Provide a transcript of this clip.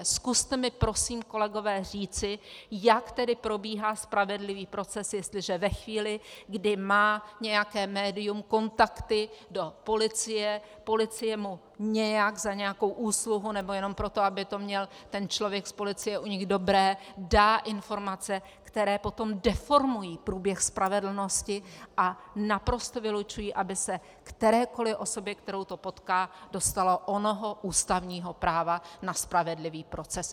Zkuste mi prosím, kolegové, říci, jak tedy probíhá spravedlivý proces, jestliže ve chvíli, kdy má nějaké médium kontakty do policie, policie mu nějak za nějakou úsluhu nebo jenom proto, aby to měl ten člověk z policie u nich dobré, dá informace, které potom deformují průběh spravedlnosti a naprosto vylučují, aby se kterékoli osobě, kterou to potká, dostalo onoho ústavního práva na spravedlivý proces.